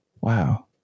wow